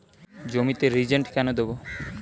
জমিতে রিজেন্ট কেন দেবো?